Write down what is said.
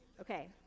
Okay